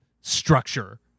structure